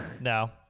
No